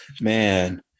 Man